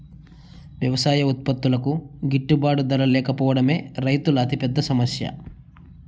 వ్యవసాయ ఉత్పత్తులకు గిట్టుబాటు ధర లేకపోవడమే రైతుల అతిపెద్ద సమస్య